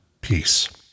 peace